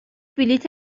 بلیت